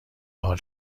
حال